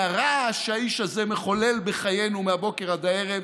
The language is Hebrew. מהרעש שהאיש הזה מחולל בחיינו מהבוקר עד הערב.